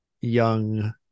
young